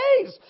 days